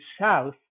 south